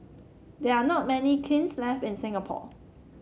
there are not many kilns left in Singapore